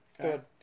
Good